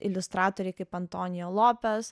iliustratoriai kaip antonija lopes